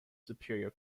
superior